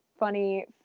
funny